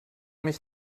mich